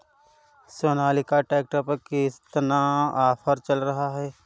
Sonalika tractor पर कितना offer चल रहा है?